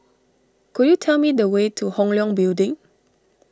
could you tell me the way to Hong Leong Building